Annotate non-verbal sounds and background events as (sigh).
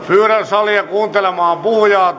(unintelligible) pyydän salia kuuntelemaan puhujaa (unintelligible)